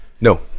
no